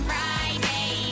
Friday